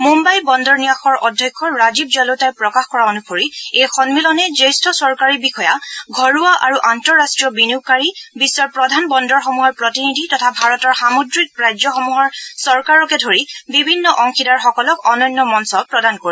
মুন্নাই বন্দৰ ন্যাসৰ অধ্যক্ষ ৰাজীৱ জলোটাই প্ৰকাশ কৰা অনুসৰি এই সমিলনে জ্যেষ্ঠ চৰকাৰী বিষয়া ঘৰুৱা আৰু আন্তঃৰষ্ট্ৰীয় বিনিয়োগকাৰী বিশ্বৰ প্ৰধান বন্দৰসমূহৰ প্ৰতিনিধি তথা ভাৰতৰ সামুদ্ৰিক ৰাজ্যসমূহৰ চৰকাৰকে ধৰি বিভিন্ন অংশীদাৰসকলক অনন্য মঞ্চ প্ৰদান কৰিব